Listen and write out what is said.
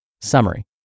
Summary